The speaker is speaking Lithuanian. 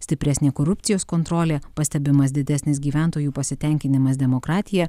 stipresnė korupcijos kontrolė pastebimas didesnis gyventojų pasitenkinimas demokratija